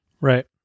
Right